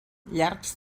llargs